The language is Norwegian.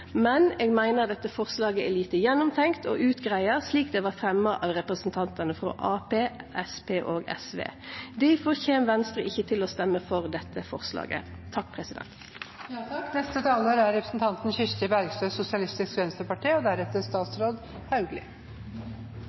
men eg meiner dette forslaget er lite gjennomtenkt og utgreidd, slik det er fremja av representantane frå Arbeidarpartiet, Senterpartiet og SV. Difor kjem Venstre ikkje til å stemme for dette forslaget. Det er arbeidsfolk som skaper verdiene i samfunnet vårt. Det er